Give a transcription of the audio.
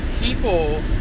people